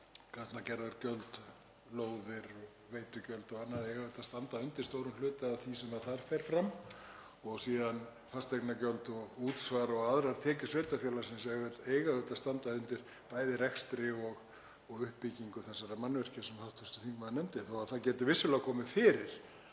gatnagerðargjöld, lóða- og veitugjöld og annað, að standa undir stórum hluta af því sem þar fer fram og síðan eiga fasteignagjöld og útsvar og aðrar tekjur sveitarfélagsins að standa undir bæði rekstri og uppbyggingu þessara mannvirkja sem hv. þingmaður nefndi, þó að það geti vissulega komið fyrir